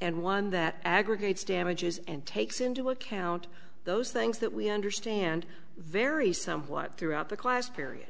and one that aggregates damages and takes into account those things that we understand vary somewhat throughout the class period